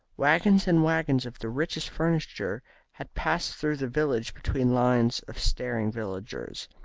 waggons and waggons of the richest furniture had passed through the village between lines of staring villagers.